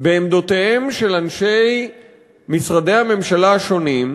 בעמדותיהם של אנשי משרדי הממשלה השונים,